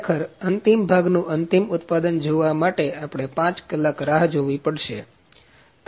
ખરેખર અંતિમ ભાગનું અંતિમ ઉત્પાદન જોવા માટે આપણે 5 કલાક રાહ જોવી પડશે